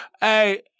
hey